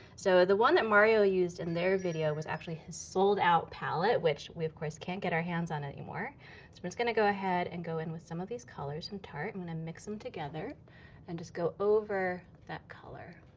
so the one that mario used in their video was actually his sold-out palette which we of course can't get our hands on anymore. so i'm just gonna go ahead and go in with some of these colors from tarte, and i'm gonna and and mix them together and just go over that color